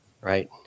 right